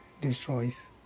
destroys